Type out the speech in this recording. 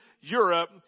Europe